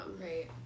Right